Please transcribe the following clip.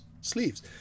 sleeves